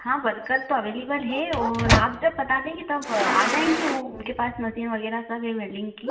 हाँ वर्कर तो अवेलेबल हैं और आप जब बता देंगी तब आ जाएंगे वो उनके पास मसीन वगैरह सब हे वेल्डिंग की